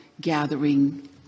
gathering